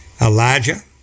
Elijah